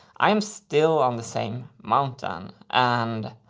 i am still on the same mountain and.